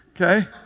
okay